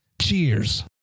Cheers